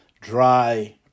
dry